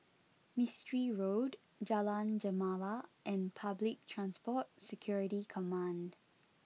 Mistri Road Jalan Gemala and Public Transport Security Command